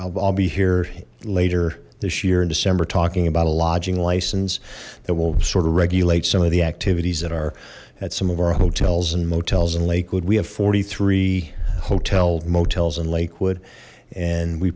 i'll be here later this year in december talking about a lodging license that will sort of regulate some of the activities that are at some of our hotels and motels in lakewood we have four three hotel motels in lakewood and we